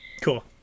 cool